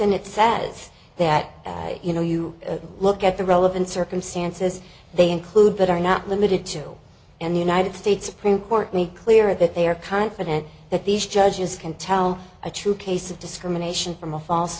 batson it says that you know you look at the relevance or consensus they include but are not limited to in the united states supreme court make clear that they are confident that these judges can tell a true case of discrimination from a false